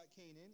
Canaan